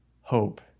hope